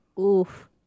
Oof